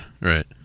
Right